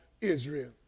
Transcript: Israel